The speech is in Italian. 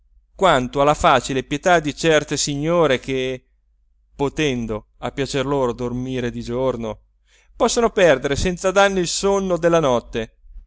quanto alla facile pietà di certe signore che potendo a piacer loro dormire di giorno possono perdere senza danno il sonno della notte